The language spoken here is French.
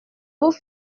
vous